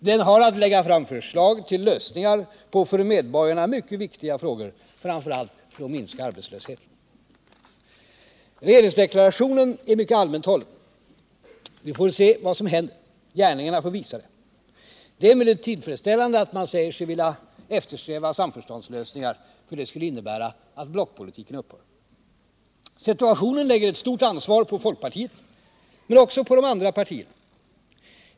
Den har att lägga fram förslag till lösningar av för medborgarna mycket viktiga frågor, framför allt för att minska arbetslösheten. Regeringsdeklarationen är mycket allmänt hållen. Gärningarna får visa vad den nya regeringen går för. Det är emellertid tillfredsställande att man säger sig eftersträva breda samförståndslösningar. Det skulle innebära att blockpolitiken upphör. Situationen lägger ett stort ansvar på folkpartiet, men också på de andra partierna.